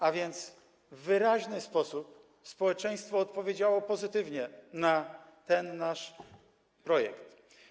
A więc w wyraźny sposób społeczeństwo odpowiedziało pozytywnie na ten nasz projekt.